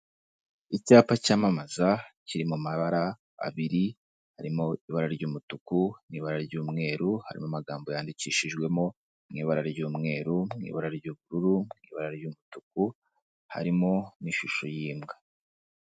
Icyapa cyamamaza kiri mu mabara abiri; harimo ibara ry'umutuku n' ibara ry'umweru, hari amagambo yandikishijwemo mu ibara ry'umweru, mu ibara ry'ubururu, mu ibara ry'umutuku, harimo n'ishusho y'imbwa.